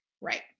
Right